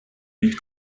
mit